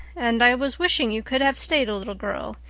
and i was wishing you could have stayed a little girl,